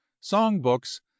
song-books